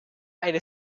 eine